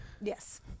Yes